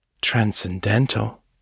Transcendental